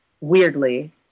weirdly